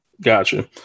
Gotcha